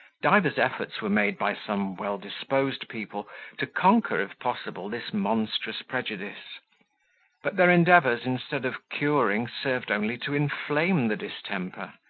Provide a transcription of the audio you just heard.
divers efforts were made by some well-disposed people to conquer, if possible, this monstrous prejudice but their endeavours, instead of curing, served only to inflame the distemper,